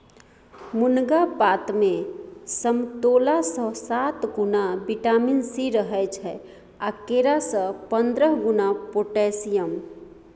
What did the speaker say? मुनगा पातमे समतोलासँ सात गुणा बिटामिन सी रहय छै आ केरा सँ पंद्रह गुणा पोटेशियम